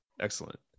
excellent